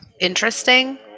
interesting